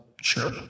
Sure